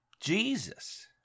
Jesus